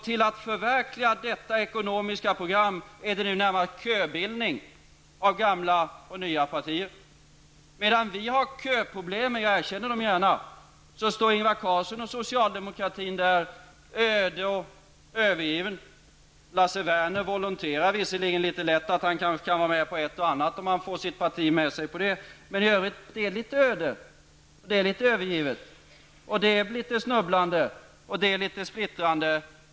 Till att förverkliga detta ekonomiska program är det nu köbildning av gamla och nya partier. Medan vi har köproblem -- jag erkänner dem gärna -- står Ingvar Carlsson och socialdemokratin där öde och övergivna. Lasse Werner volonterar visserligen litet lätt, han kanske kan vara med på ett och annat om han får sitt parti med sig, men i övrigt är det litet öde, övergivet, snubblande och splittrande.